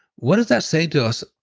what does that say to us,